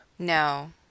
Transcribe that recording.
No